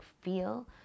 feel